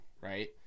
Right